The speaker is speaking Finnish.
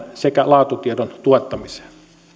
sekä laatutiedon tuottamiseen